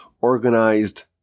Organized